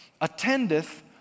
attendeth